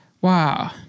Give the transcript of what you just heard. Wow